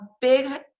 big